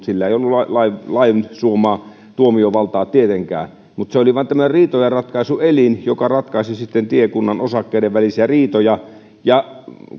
sillä ei ollut lain lain suomaa tuomiovaltaa tietenkään mutta se oli vain tämmöinen riitojenratkaisuelin joka ratkaisi sitten tiekunnan osakkaiden välisiä riitoja